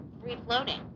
free-floating